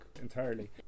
entirely